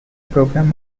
program